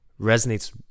resonates